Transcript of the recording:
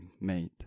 made